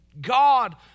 God